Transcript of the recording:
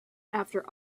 after